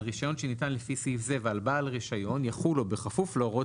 על רישיון שניתן לפי סעיף זה ועל בעל הרישיון יחולו או בכפוף להוראות